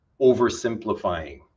oversimplifying